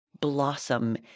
blossom